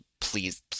please